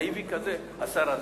נאיבי כזה השר הזה,